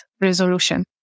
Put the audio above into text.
resolution